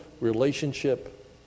relationship